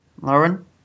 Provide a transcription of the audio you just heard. Lauren